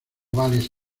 vales